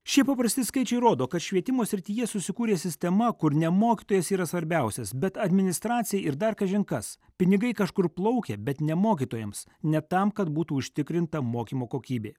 šie paprasti skaičiai rodo kad švietimo srityje susikūrė sistema kur ne mokytojas yra svarbiausias bet administracija ir dar kažin kas pinigai kažkur plaukia bet ne mokytojams ne tam kad būtų užtikrinta mokymo kokybė